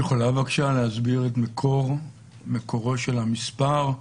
את יכולה בבקשה להסביר את מקורו של המספר?